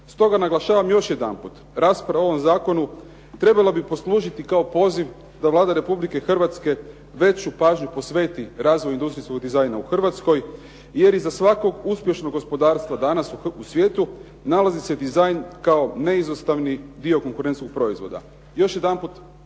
Stoga naglašavam još jedanput, rasprava o ovom zakonu trebala bi poslužiti kao poziv da Vlada Republike Hrvatske veću pažnju posveti razvoju industrijskog dizajna u Hrvatskoj, jer iza svakog uspješnog gospodarstva danas u svijetu nalazi se dizajn kao neizostavni dio konkurentskog proizvoda.